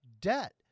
debt